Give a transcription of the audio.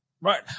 right